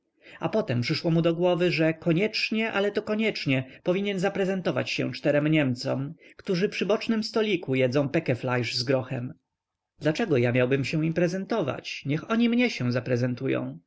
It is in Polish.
a potem przyszło mu do głowy że koniecznie ale to koniecznie powinien zaprezentować się czterem niemcom którzy przy bocznym stoliku jedzą pekeflejsz z grochem dlaczego ja miałbym się im prezentować niech oni mnie się zaprezentują